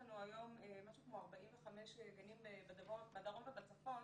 לנו היום משהו כמו 45 גנים בדרום ובצפון